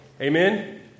Amen